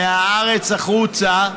מהארץ החוצה.